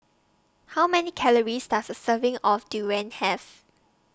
How Many Calories Does A Serving of Durian Have